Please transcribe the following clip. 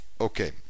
Okay